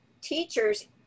teachers